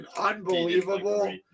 unbelievable